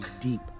deep